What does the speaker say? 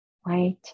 white